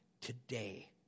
today